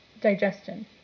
digestion